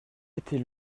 était